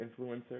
influencer